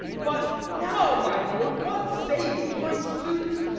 but now, my lord, what say you to my suit?